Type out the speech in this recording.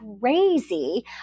crazy